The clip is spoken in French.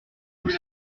sous